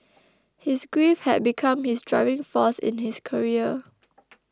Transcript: his grief had become his driving force in his career